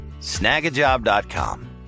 Snagajob.com